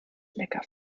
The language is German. lecker